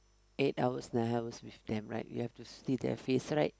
eight hours nine hours with them right you have to see their face right